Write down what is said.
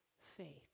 faith